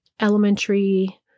elementary